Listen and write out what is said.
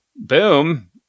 Boom